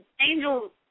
angel